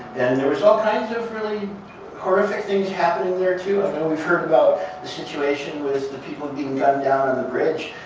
there was all kinds of really horrific things happening there, too. i know we've heard about the situation with the people being gunned down on the bridge.